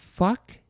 fuck